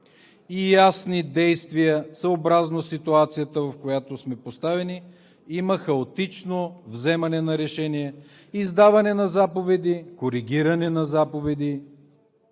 и ясни действия съобразно ситуацията, в която сме поставени, има хаотично вземане на решения, издаване на заповеди, коригиране на заповеди